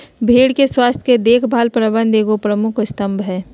भेड़ के स्वास्थ के देख भाल प्रबंधन के एगो प्रमुख स्तम्भ हइ